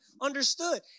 understood